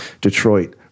Detroit